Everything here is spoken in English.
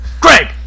Greg